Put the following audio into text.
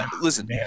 Listen